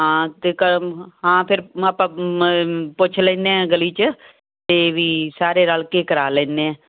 ਹਾਂ ਤੇ ਕਰਮ ਹਾਂ ਫਿਰ ਆਪਾਂ ਪੁੱਛ ਲੈਨੇ ਆ ਗਲੀ 'ਚ ਤੇ ਵੀ ਸਾਰੇ ਰਲ ਕੇ ਕਰਾ ਲੈਨੇ ਆ